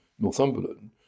Northumberland